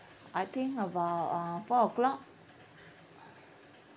I think about uh four o'clock